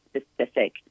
specific